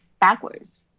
backwards